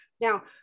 Now